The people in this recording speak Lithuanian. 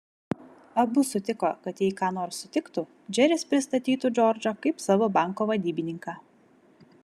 abu sutiko kad jei ką nors sutiktų džeris pristatytų džordžą kaip savo banko vadybininką